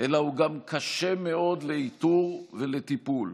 אלא הוא גם קשה מאוד לאיתור ולטיפול,